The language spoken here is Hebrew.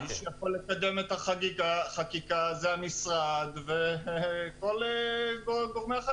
מי שיכול לקדם את החקיקה הוא המשרד וכל גורם אחר,